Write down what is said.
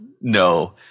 no